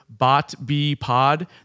BOTBPOD